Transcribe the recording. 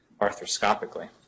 arthroscopically